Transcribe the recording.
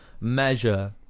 measure